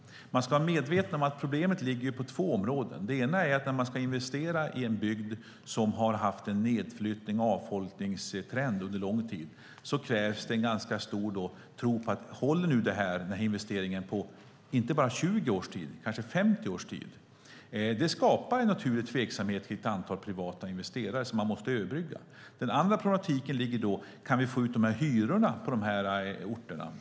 Man ska vara medveten om att problemet ligger på två områden. Ett är att när man ska investera i en bygd som har haft en utflyttnings och avfolkningstrend under lång tid krävs det en ganska stor tro på att det nya ska hålla inte bara i 20 utan kanske i 50 års tid. Det skapar naturligtvis en tveksamhet för ett antal privata investerare, och den man måste man överbrygga. Ett annat problem är om vi kan få ut tillräckliga hyror på de här orterna.